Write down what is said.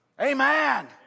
Amen